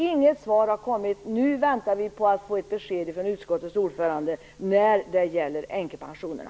Inget svar har kommit. Nu väntar vi på att få ett besked från utskottets ordförande när det gäller änkepensionerna.